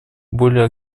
более